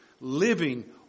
Living